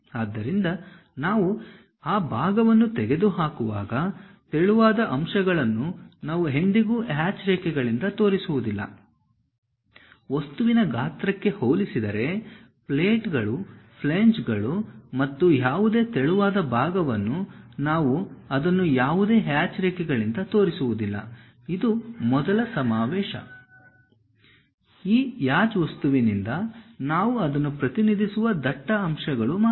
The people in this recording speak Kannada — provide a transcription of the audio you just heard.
ಆದ್ದರಿಂದ ನಾವು ಆ ಭಾಗವನ್ನು ತೆಗೆದುಹಾಕುವಾಗ ತೆಳುವಾದ ಅಂಶಗಳನ್ನು ನಾವು ಎಂದಿಗೂ ಹ್ಯಾಚ್ ರೇಖೆಗಳಿಂದ ತೋರಿಸುವುದಿಲ್ಲ ವಸ್ತುವಿನ ಗಾತ್ರಕ್ಕೆ ಹೋಲಿಸಿದರೆ ಪ್ಲೇಟ್ಗಳುಫ್ಲೇಂಜ್ಗಳು ಮತ್ತು ಯಾವುದೇ ತೆಳುವಾದ ಭಾಗವನ್ನು ನಾವು ಅದನ್ನು ಯಾವುದೇ ಹ್ಯಾಚ್ ರೇಖೆಗಳಿಂದ ತೋರಿಸುವುದಿಲ್ಲ ಇದು ಮೊದಲ ಸಮಾವೇಶ ಈ ಹ್ಯಾಚ್ ವಸ್ತುವಿನಿಂದ ನಾವು ಅದನ್ನು ಪ್ರತಿನಿಧಿಸುವ ದಟ್ಟ ಅಂಶಗಳು ಮಾತ್ರ